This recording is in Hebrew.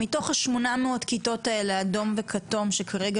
מתוך ה-800 כיתות האלה אדומות וכתומות שכרגע